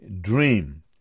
dream